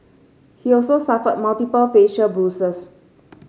he also suffered multiple facial bruises